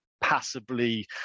passively